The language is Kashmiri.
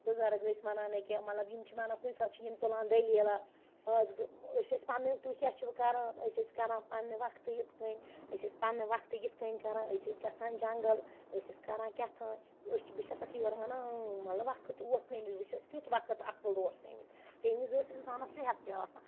بٕزَرٕگ ٲسۍ وَنان ییٚکیا مَطلَب یِم چھِ مےٚ وَنان کُنہِ ساتہٕ چھِ یِم تُلان دٔلیٖلَہ آز گوو أسۍ ٲسۍ پَنن تُہۍ کیاہ چھِو کَران أسۍ ٲسۍ کَران پَننہِ وَقتہٕ یِتھ کٕنۍ أسۍ ٲسۍ پَننہِ وَقتہٕ یِتھ کٕنۍ کَران أسۍ ٲسۍ گَژھان جَنٛگَل اَسۍ ٲسۍ کَران کینٛہہ تھانۍ أسۍ بہٕ چھسَکھ یورٕ وَنان اۭں مَطلَب وَقٕت اوس تَمہِ وِز وٕچھ حظ کِیُتھ وَقٕت اوس تَمہِ وِز تَمہِ وِز اوس اِنسانَس صِحَت تہِ آسان